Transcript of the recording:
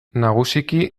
nagusiki